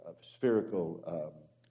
spherical